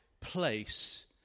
place